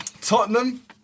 Tottenham